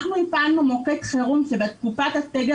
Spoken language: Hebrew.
אנחנו הפעלנו מוקד חירום שבתקופת הסגר